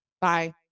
Bye